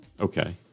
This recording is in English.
okay